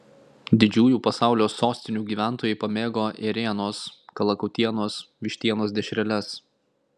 didžiųjų pasaulio sostinių gyventojai pamėgo ėrienos kalakutienos vištienos dešreles